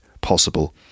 possible